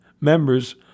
members